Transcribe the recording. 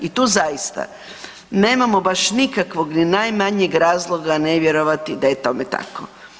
I tu zaista nemamo baš nikakvog ni najmanjeg razloga ne vjerovati da je tome tako.